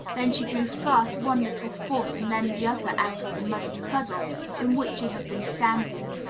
then she drew first one little foot and then the other out of the muddy puddle in which she had been standing,